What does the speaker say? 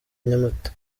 nyamata